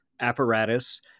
apparatus